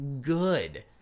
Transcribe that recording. good